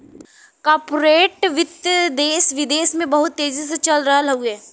corporate वित्त देस विदेस में बहुत तेजी से चल रहल हउवे